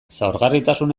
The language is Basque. zaurgarritasun